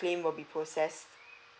claim will be process